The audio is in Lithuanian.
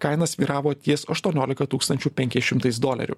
kaina svyravo ties aštuoniolika tūkstančių penkiais šimtais dolerių